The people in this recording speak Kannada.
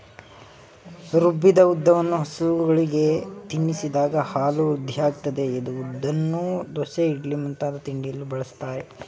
ರುಬ್ಬಿದ ಉದ್ದನ್ನು ಹಸುಗಳಿಗೆ ತಿನ್ನಿಸಿದಾಗ ಹಾಲು ವೃದ್ಧಿಯಾಗ್ತದೆ ಉದ್ದನ್ನು ದೋಸೆ ಇಡ್ಲಿ ಮುಂತಾದ ತಿಂಡಿಯಲ್ಲಿ ಬಳಸ್ತಾರೆ